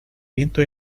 viento